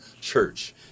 church